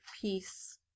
piece